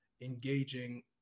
engaging